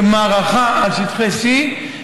כמערכה על שטחי C,